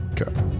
Okay